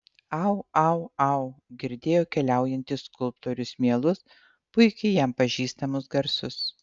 au au au girdėjo keliaujantis skulptorius mielus puikiai jam pažįstamus garsus